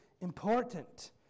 important